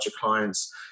clients